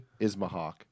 Ismahawk